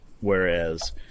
Whereas